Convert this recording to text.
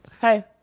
Hey